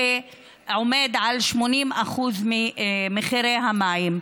שעומד על 80% ממחירי המים,